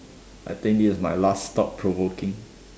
I think this is my last thought provoking